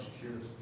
cheers